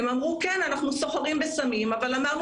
הם אמרו לי שהם אמנם סוחרים בסמים אבל הם אמרו